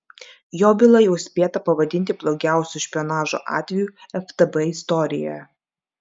jo byla jau spėta pavadinti blogiausiu špionažo atveju ftb istorijoje